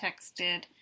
texted